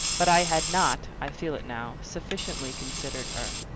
but i had not i feel it now sufficiently considered her.